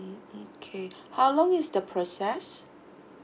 mm okay how long is the process